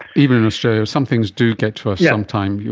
even in australia. some things do get to us sometimes,